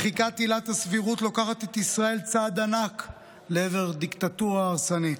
מחיקת עילת הסבירות לוקחת את ישראל צעד ענק לעבר דיקטטורה הרסנית.